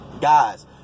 guys